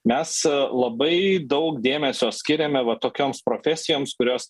mes labai daug dėmesio skiriame va tokioms profesijoms kurios